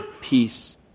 peace